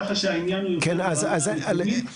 כך שהעניין הוא יותר לוועדה המקומית.